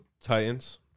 Titans